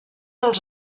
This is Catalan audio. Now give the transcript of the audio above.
als